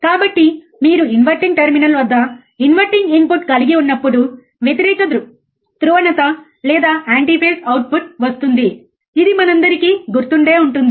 కాబట్టి మీరు inverting terminal వద్ద ఇన్వర్టింగ్ ఇన్పుట్ కలిగి ఉన్నప్పుడు వ్యతిరేక ధ్రువణత లేదా యాంటీ ఫేజ్ అవుట్పుట్ వస్తుంది ఇది మనందరికీ గుర్తుండే ఉంటుంది